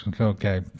Okay